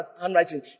handwriting